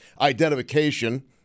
identification